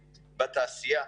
בתעשייה,